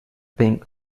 being